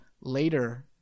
later